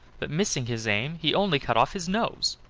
but, missing his aim, he only cut off his nose.